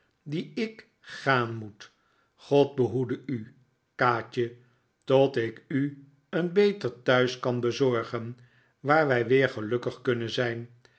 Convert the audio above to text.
dien ik gaan moet god behoede u kaatje tot ik u een beter thuis kan bezorgen waar wij weer gelukkig kunnen zijn